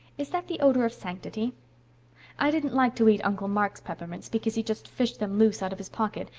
is that the odor of sanctity i didn't like to eat uncle mark's peppermints because he just fished them loose out of his pocket,